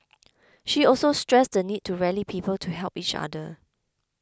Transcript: she also stressed the need to rally people to help each other